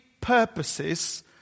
purposes